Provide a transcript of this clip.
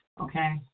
okay